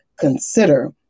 consider